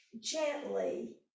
gently